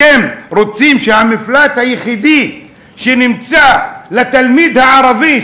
אתם רוצים שהמפלט היחידי שיהיה לתלמיד הערבי,